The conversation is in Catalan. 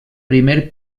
primer